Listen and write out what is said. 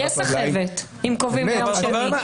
רגליים --- יש סחבת אם קובעים ליום שני.